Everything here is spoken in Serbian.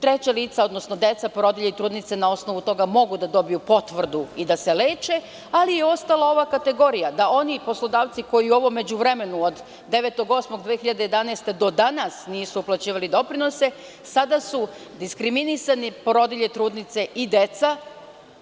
Treća lica, odnosno deca, porodilje i trudnice na osnovu toga mogu da dobiju potvrdu i da se leče, ali je ostala ova kategorija, da oni poslodavci koji ovo u međuvremenu od 9. avgusta 2011. do danas nisu uplaćivali doprinose, sada su diskriminisane porodilje, trudnice i deca